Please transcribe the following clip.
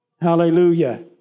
Hallelujah